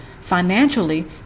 financially